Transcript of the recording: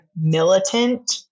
militant